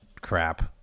crap